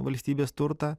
valstybės turtą